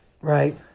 right